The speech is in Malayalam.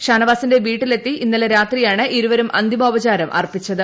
ഷാനവാസിന്റെ വീട്ടിലെത്തി ്ജ്ന്ന്ലെ രാത്രിയാണ് ഇരുവരും അന്തിമോപചാരം അർപ്പിച്ചത്